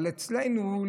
אבל אצלנו,